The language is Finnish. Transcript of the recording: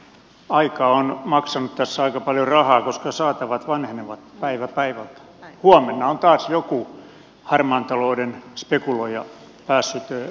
aika on maksanut tässä aika paljon rahaa koska saatavat vanhenevat päivä päivältä huomenna on taas joku harmaan talouden spekuloija päässyt turvasatamaan